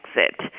exit